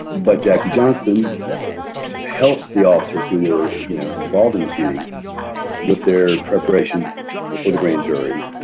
but jackie johnson helped the officers who were, you know, involved in the shooting with their preparation for the grand jury.